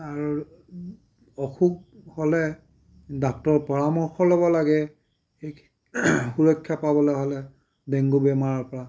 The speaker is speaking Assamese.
আৰু অসুখ হ'লে ডাক্তৰৰ পৰামৰ্শ ল'ব লাগে সেই সুৰক্ষা পাবলৈ হ'লে ডেংগু বেমাৰৰ পৰা